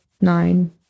nine